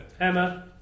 Emma